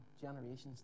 generations